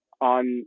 on